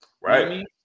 Right